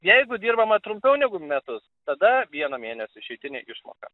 jeigu dirbama trumpiau negu metus tada vieno mėnesio išeitinė išmoka